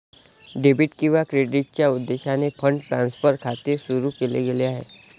debit किंवा क्रेडिटच्या उद्देशाने फंड ट्रान्सफर खाते सुरू केले गेले आहे